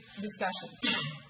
discussion